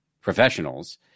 professionals